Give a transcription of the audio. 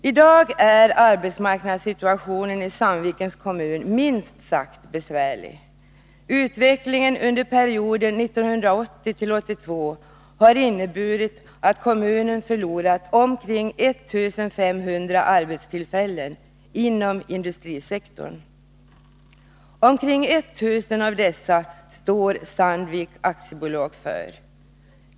I dag är arbetsmarknadssituationen i Sandvikens kommun minst sagt besvärlig. Utvecklingen under perioden 1980-1982 har inneburit att kommunen förlorat omkring 1500 arbetstillfällen inom industrisektorn. Omkring 1 000 av dessa står Sandviken AB för.